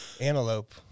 antelope